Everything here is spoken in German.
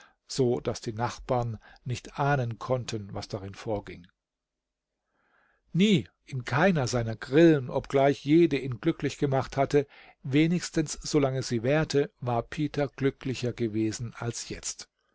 so daß die nachbarn nicht ahnen konnten was darin vorging nie in keiner seiner grillen obgleich jede ihn glücklich gemacht hatte wenigstens solange sie währte war peter glücklicher gewesen als jetzt